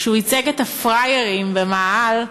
כשהוא ייצג את ה"פראיירים" במאהל,